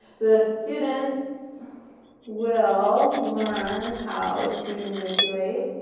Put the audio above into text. the students will learn how to manipulate